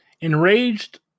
Enraged